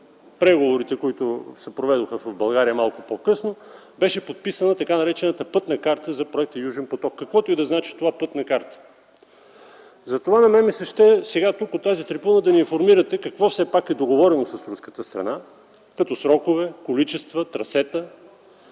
преговорите, които се проведоха в България малко по-късно, беше подписана така наречената „пътна карта” за проекта „Южен поток”, каквото и да значи това „пътна карта”. Затова на мен ми се ще тук, от тази трибуна, да ни информирате какво все пак е договорено с руската страна като срокове, количества, трасета,